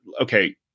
okay